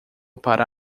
para